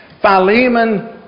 Philemon